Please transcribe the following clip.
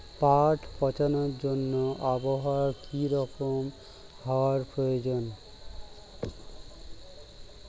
পাট পচানোর জন্য আবহাওয়া কী রকম হওয়ার প্রয়োজন?